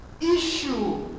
issue